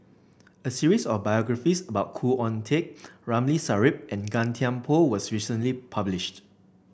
a series of biographies about Khoo Oon Teik Ramli Sarip and Gan Thiam Poh was recently published